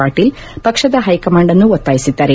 ಪಾಟೀಲ್ ಪಕ್ಷದ ಹೈಕಮಾಂಡ್ ಅನ್ನು ಒತ್ತಾಯಿಸಿದ್ದಾರೆ